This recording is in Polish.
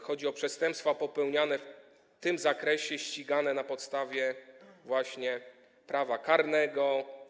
Chodzi o przestępstwa popełniane w tym zakresie, ścigane na podstawie prawa karnego.